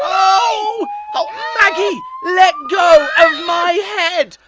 so ah maggie! let go of my head!